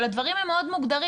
אבל הדברים הם מאוד מוגדרים.